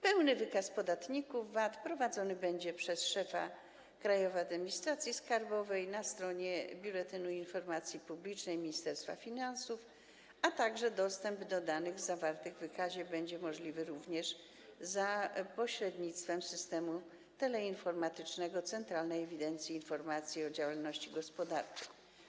Pełny wykaz podatników VAT prowadzony będzie przez szefa Krajowej Administracji Skarbowej na stronie Biuletynu Informacji Publicznej Ministerstwa Finansów, a także dostęp do danych zawartych w wykazie będzie możliwy również za pośrednictwem systemu teleinformatycznego Centralnej Ewidencji i Informacji o Działalności Gospodarczej.